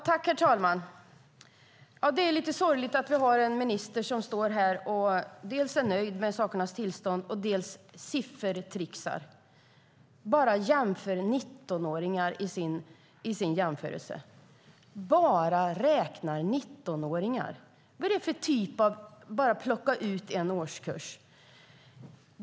Herr talman! Det är lite sorgligt att vi har en minister som dels är nöjd med sakernas tillstånd, dels siffertricksar. Han tar bara upp 19-åringar i sin jämförelse, räknar bara 19-åringar. Vad är det för sätt att plocka ut en enda årskurs?